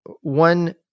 one